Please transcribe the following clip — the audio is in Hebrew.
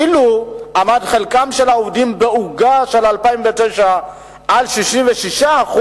אילו עמד חלקם של העובדים בעוגה של 2009 על 66%,